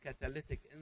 catalytic